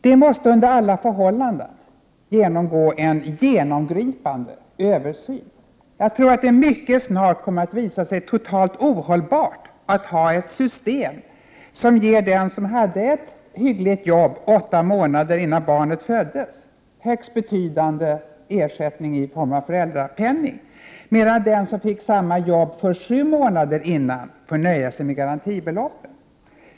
Den måste under alla förhållanden genomgå en genomgripande översyn. Jag tror att det mycket snart kommer att visa sig totalt ohållbart att ha ett system, som ger den som hade ett hyggligt jobb åtta månader innan barnet föddes högst betydande ersättning i form av föräldrapenning, medan den som fick samma jobb sju månader innan får nöja sig med garantibeloppet.